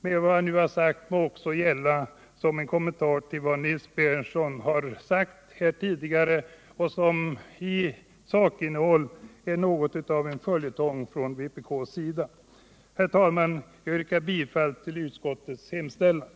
Det som jag nu sagt må också gälla som en kommentar till vad Nils Berndtson har anfört här tidigare och som till innehållet är något av en följetong från vpk:s sida. Herr talman! Jag yrkar bifall till utskottets hemställan.